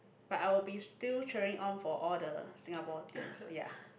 but I will be still cheering on for all the Singapore teams ya